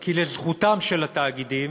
כי לזכותם של התאגידים,